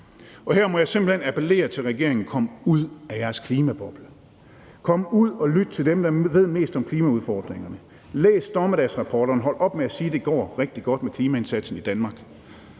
Her må jeg simpelt hen appellere til regeringen: Kom ud af jeres klimaboble. Kom ud og lyt til dem, der ved mest om klimaudfordringerne. Læs dommedagsrapporterne og hold op med at sige, at det går rigtig godt med klimaindsatsen i Danmark.